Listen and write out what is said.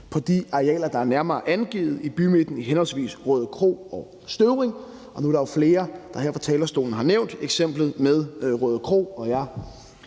på de arealer, der er nærmere angivet i bymidten i henholdsvis Rødekro og Støvring. Og nu er der jo flere, der her fra talerstolen har nævnt eksemplet med Rødekro, og jeg